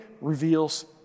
reveals